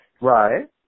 Right